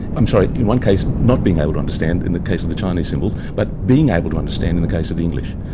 i'm sorry, in one case not being able to understand in the case of the chinese symbols, but being able to understand in the case of english.